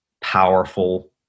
powerful